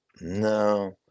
no